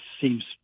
seems